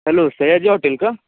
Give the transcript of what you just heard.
hello Sayaji hotel का